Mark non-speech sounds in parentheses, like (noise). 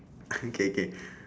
(noise) okay K